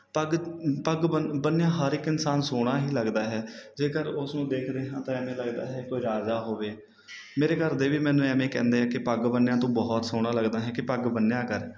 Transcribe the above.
ਪੱਗ ਪੱਗ ਬੰਨ ਬੰਨਿਆ ਹਰ ਇੱਕ ਇਨਸਾਨ ਸੋਹਣਾ ਹੀ ਲੱਗਦਾ ਹੈ ਜੇਕਰ ਉਸ ਨੂੰ ਦੇਖਦੇ ਹਾਂ ਤਾਂ ਐਵੇਂ ਲੱਗਦਾ ਹੈ ਕੋਈ ਰਾਜਾ ਹੋਵੇ ਮੇਰੇ ਘਰ ਦੇ ਵੀ ਮੈਨੂੰ ਐਵੇਂ ਕਹਿੰਦੇ ਆ ਕਿ ਪੱਗ ਬੰਨਿਆ ਤੂੰ ਬਹੁਤ ਸੋਹਣਾ ਲੱਗਦਾ ਹੈ ਕਿ ਪੱਗ ਬੰਨਿਆ ਕਰ